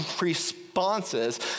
responses